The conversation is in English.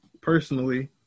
personally